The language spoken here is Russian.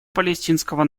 палестинского